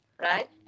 right